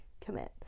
commit